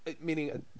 meaning